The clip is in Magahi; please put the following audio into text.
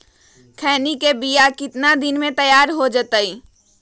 खैनी के बिया कितना दिन मे तैयार हो जताइए?